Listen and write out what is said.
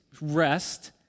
rest